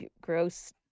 gross